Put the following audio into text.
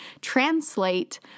translate